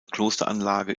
klosteranlage